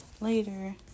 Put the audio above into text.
Later